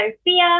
Sophia